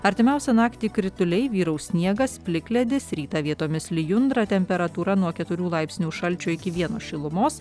artimiausią naktį krituliai vyraus sniegas plikledis rytą vietomis lijundra temperatūra nuo keturių laipsnių šalčio iki vieno šilumos